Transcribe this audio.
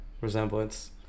resemblance